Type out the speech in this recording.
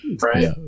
Right